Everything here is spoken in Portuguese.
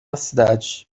cidade